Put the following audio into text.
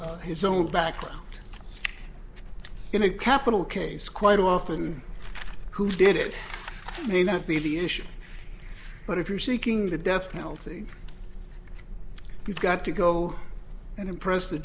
own his own backyard in a capital case quite often who did it may not be the issue but if you're seeking the death penalty you've got to go and impress the